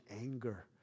anger